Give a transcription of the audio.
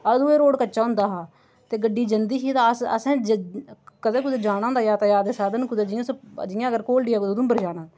अदूं एह् रोड़ कच्चा होंदा हा ते गड्डी जंदी ही ते अस असें कदें कुतै जाना होंदा यातायात दे साधन कुतै जि'यां सुपोज जि'यां अगर घोलडी दा कुतै उधमपुर जाना